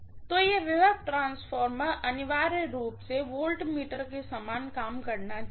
तो यह voltage transformer अनिवार्य रूप से वोल्टमीटर के समान काम करना चाहिए